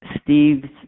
Steve's